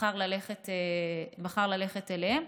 בחר ללכת אליהם,